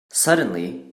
suddenly